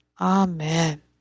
amen